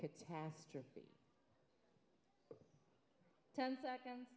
catastrophe ten seconds